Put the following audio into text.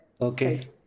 Okay